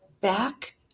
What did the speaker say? Back